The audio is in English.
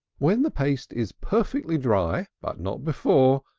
when the paste is perfectly dry, but not before,